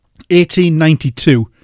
1892